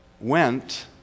went